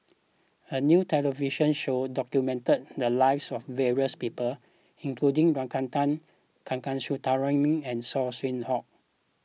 a new television show documented the lives of various people including Ragunathar Kanagasuntheram and Saw Swee Hock